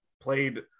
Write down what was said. played